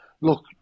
look